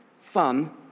fun